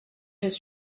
his